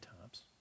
times